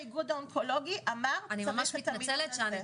תודה.